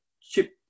chip